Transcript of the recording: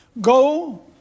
go